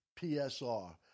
PSR